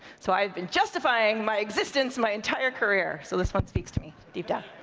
so i have been justifying my existence my entire career. so this one speaks to me deep down.